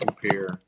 compare